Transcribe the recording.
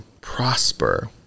prosper